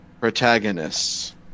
protagonists